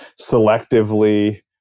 selectively